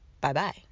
Bye-bye